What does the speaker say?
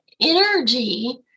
energy